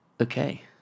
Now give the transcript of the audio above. Okay